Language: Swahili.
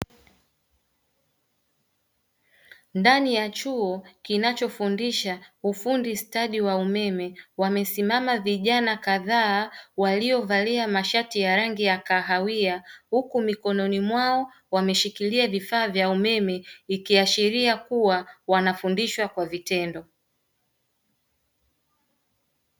Ndani ya chuo kinachofundisha ufundi stadi wa umeme wamesimama vijana kadhaa waliovalia mashati ya rangi ya kahawia huku mikononi mwao wameshikilia vifaa vya umeme, ikiashiria kuwa wanafundishwa kwa vitendo.